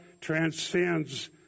transcends